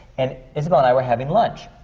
and isabelle and i were having lunch.